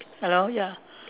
hello ya